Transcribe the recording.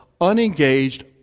unengaged